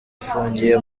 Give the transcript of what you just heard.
afungiye